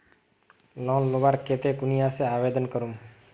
Loan लुबार केते कुनियाँ से आवेदन करूम?